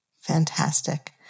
Fantastic